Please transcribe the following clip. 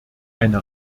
eine